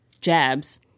jabs